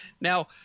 Now